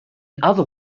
other